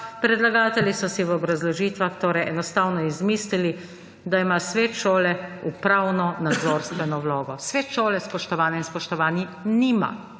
predlagatelji so si v obrazložitvah torej enostavno izmislili, da ima svet šole upravno-nadzorstveno vlogo. Svet šole, spoštovane in spoštovani, nima